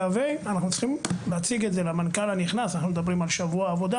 אנחנו צריכים להציג את זה למנכ"ל הנכנס אנחנו מדברים על שבוע עבודה